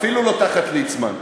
אפילו לא תחת ליצמן.